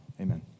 amen